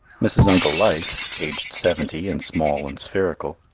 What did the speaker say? mrs. uncle life, aged seventy and small and spherical,